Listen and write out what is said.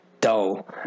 dull